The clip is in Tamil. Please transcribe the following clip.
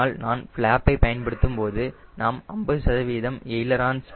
ஆனால் நான் ஃப்ளாப்பை பயன்படுத்தும்போது நாம் 50 சதவீதத்திற்கு மிக அருகில் இருப்போம்